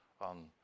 on